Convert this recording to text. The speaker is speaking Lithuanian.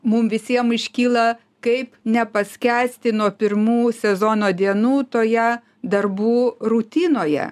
mum visiem iškyla kaip nepaskęsti nuo pirmų sezono dienų toje darbų rutinoje